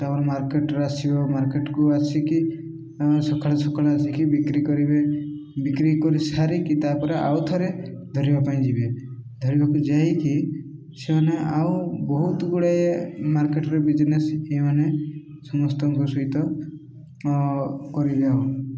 ତା'ପରେ ମାର୍କେଟ୍ରେ ଆସିବ ମାର୍କେଟ୍କୁ ଆସିକି ସଖାଳୁ ସକାଳେ ଆସିକି ବିକ୍ରି କରିବେ ବିକ୍ରି କରି ସାରିକି ତା'ପରେ ଆଉ ଥରେ ଧରିବା ପାଇଁ ଯିବେ ଧରିବାକୁ ଯାଇକି ସେମାନେ ଆଉ ବହୁତ ଗୁଡ଼ାଏ ମାର୍କେଟ୍ରେ ବିଜନେସ୍ ଏଇମାନେ ସମସ୍ତଙ୍କ ସହିତ କରିବେ ଆଉ